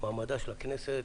מעמדה של הכנסת,